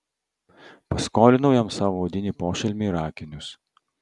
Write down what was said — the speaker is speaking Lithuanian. paskolinau jam savo odinį pošalmį ir akinius